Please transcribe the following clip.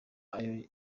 ayo